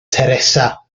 teresa